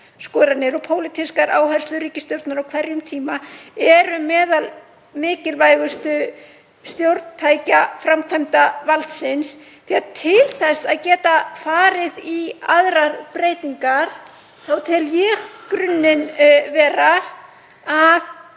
áskoranir og pólitískar áherslur ríkisstjórnar á hverjum tíma séu meðal mikilvægustu stjórntækja framkvæmdarvaldsins. Því að til þess að geta farið í aðrar breytingar þá tel ég í grunninn vera að